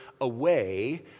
away